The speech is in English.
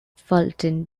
fulton